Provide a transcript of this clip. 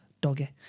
doggy